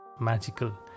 magical